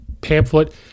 pamphlet